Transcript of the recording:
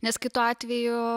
nes kitu atveju